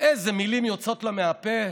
איזה מילים יוצאות לה מהפה,